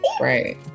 Right